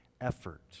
effort